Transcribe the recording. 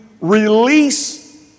release